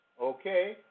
Okay